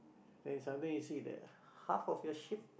and sometime you see the half of your ship